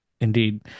Indeed